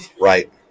Right